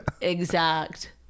exact